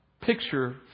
picture